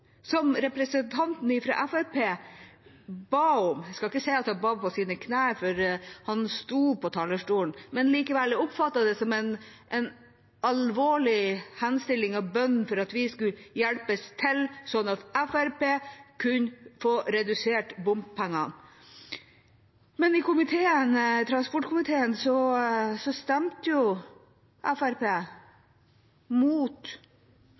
som representanten fra Fremskrittspartiet ba om – jeg skal ikke si at han ba på sine knær, for han sto på talerstolen, men jeg oppfattet det likevel som en alvorlig henstilling og bønn om at vi skulle hjelpe til slik at Fremskrittspartiet kunne få redusert bompengene. Men i transportkomiteen